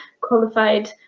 qualified